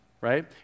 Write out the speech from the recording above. right